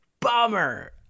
bummer